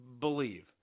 believe